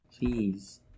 Please